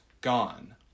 gone